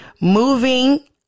moving